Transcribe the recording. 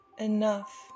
enough